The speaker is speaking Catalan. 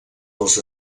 dels